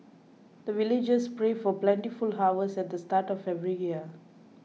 the villagers pray for plentiful harvest at the start of every year